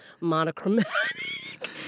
monochromatic